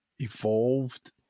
evolved